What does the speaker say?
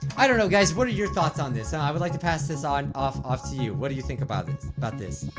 i don't know guys. what are your thoughts on this? ah i would like to pass this on off off to you. what do you think about this and about this?